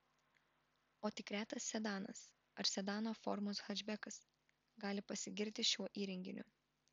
o tik retas sedanas ar sedano formos hečbekas gali pasigirti šiuo įrenginiu